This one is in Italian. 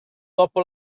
dopo